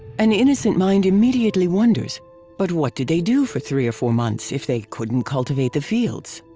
an innocent mind immediately wonders but what did they do for three or four months if they couldn't cultivate the fields?